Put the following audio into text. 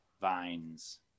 vines